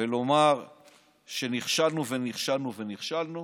ולומר שנכשלנו ונכשלנו ונכשלנו.